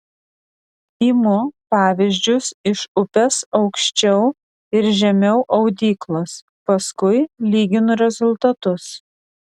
imu pavyzdžius iš upės aukščiau ir žemiau audyklos paskui lyginu rezultatus